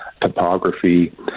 topography